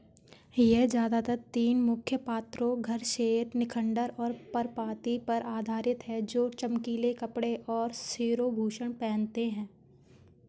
यह ज़्यादातर तीन मुख्य पात्रों घरशेर निखंडर और परपति पर आधारित है जो चमकीले कपड़े और शिरोभूषण पहनते हैं